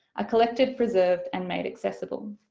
collected preserved and made accessible.